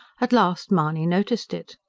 at last mahony noticed it.